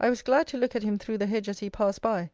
i was glad to look at him through the hedge as he passed by